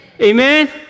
Amen